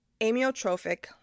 amyotrophic